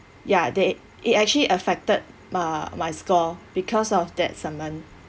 ya they it actually affected my my score because of that summon